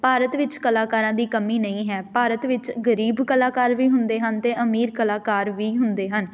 ਭਾਰਤ ਵਿੱਚ ਕਲਾਕਾਰਾਂ ਦੀ ਕਮੀ ਨਹੀਂ ਹੈ ਭਾਰਤ ਵਿੱਚ ਗਰੀਬ ਕਲਾਕਾਰ ਵੀ ਹੁੰਦੇ ਹਨ ਅਤੇ ਅਮੀਰ ਕਲਾਕਾਰ ਵੀ ਹੁੰਦੇ ਹਨ